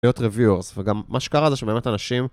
להיות רביוארס וגם מה שקרה זה שבאמת אנשים